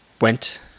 went